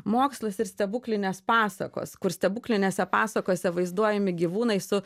mokslas ir stebuklinės pasakos kur stebuklinėse pasakose vaizduojami gyvūnai su